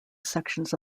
sections